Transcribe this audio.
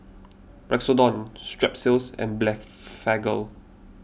Strepsils and Blephagel